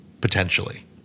potentially